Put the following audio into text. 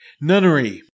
nunnery